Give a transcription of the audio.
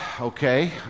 okay